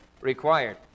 required